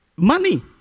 Money